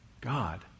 God